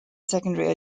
secondary